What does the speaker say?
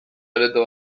areto